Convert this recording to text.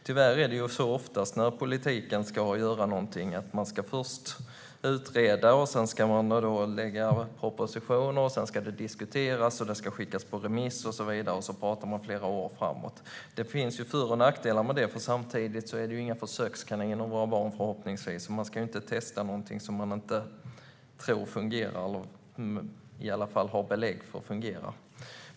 Tyvärr är det ofta så, när politiken ska göra något, att man först ska utreda, sedan lägga fram propositioner, därefter ska det diskuteras, skickas på remiss och så vidare. Man pratar sedan flera år framåt. Det finns ju för och nackdelar med det, för samtidigt är våra barn förhoppningsvis inte några försökskaniner. Man ska ju inte testa något som man inte tror fungerar eller i alla fall som man inte har belägg för att det fungerar.